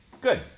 good